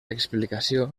explicació